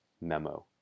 memo